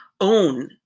own